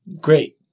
great